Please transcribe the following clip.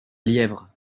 lièvre